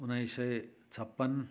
उन्नाइस सय छपन्न